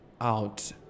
out